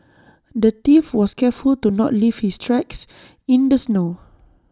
the thief was careful to not leave his tracks in the snow